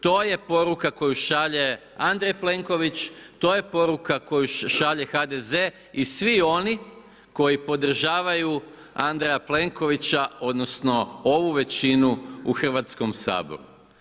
To je poruka koju šalje Andrej Plenković, to je poruka koju šalje HDZ i svi oni koji podržavaju Andreja Plenkovića odnosno ovu većinu u Hrvatskom saboru.